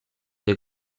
der